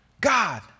God